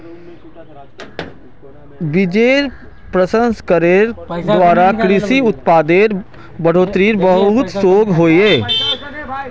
बिजेर प्रसंस्करनेर द्वारा कृषि उत्पादेर बढ़ोतरीत बहुत शोध होइए